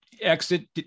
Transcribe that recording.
exit